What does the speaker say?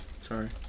Sorry